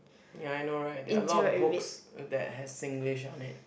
ya I know right there are a lot of books that has Singlish on it